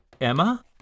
Emma